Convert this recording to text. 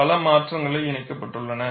பல மாற்றங்கள் இணைக்கப்பட்டுள்ளன